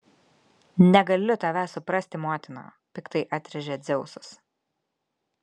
negaliu tavęs suprasti motina piktai atrėžė dzeusas